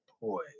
poise